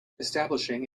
establishing